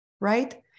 right